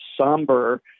somber